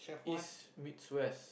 East meets West